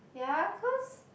ya cause